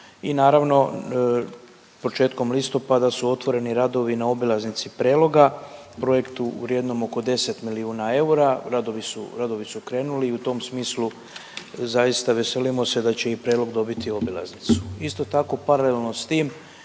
i naravno početkom listopada su otvoreni radovi na obilaznici Preloga, projektu vrijednom oko 10 milijuna eura. Radovi su, radovi su krenuli i u tom smislu zaista veselimo se da će i Prelog dobiti obilaznicu. Isto tako paralelno s tim